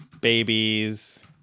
Babies